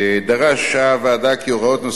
החוק במקורו הוא יוזמת ממשלה, כן.